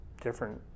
different